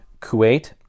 Kuwait